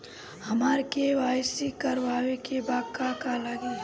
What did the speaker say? हमरा के.वाइ.सी करबाबे के बा का का लागि?